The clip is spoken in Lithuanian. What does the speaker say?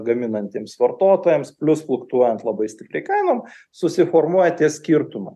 gaminantiems vartotojams plius fluktuojant labai stipriai kainom susiformuoja tie skirtumai